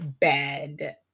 bad